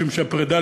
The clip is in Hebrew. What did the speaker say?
משום שהפרידה,